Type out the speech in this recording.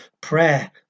prayer